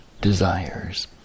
desires